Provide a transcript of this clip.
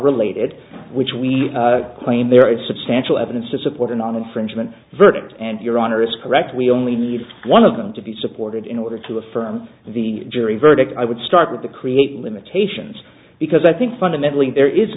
related which we claim there is substantial evidence to support an infringement verdict and your honor is correct we only need one of them to be supported in order to affirm the jury verdict i would start with the creating limitations because i think fundamentally there is